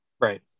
right